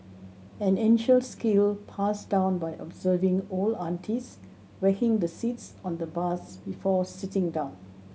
an ancient skill passed down by observing old aunties whacking the seats on the bus before sitting down